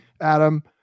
Adam